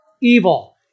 evil